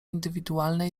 indywidualne